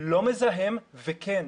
לא מזהם, וכן,